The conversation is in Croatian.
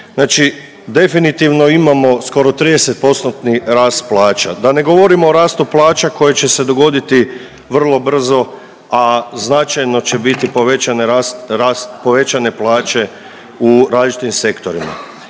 Znači definitivno imamo skoro 30%-tni rast plaća. Da ne govorimo o rastu plaća koji će se dogoditi vrlo brzo, a značajno će biti povećane rast, raste povećane plaće u različitim sektorima.